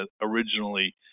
originally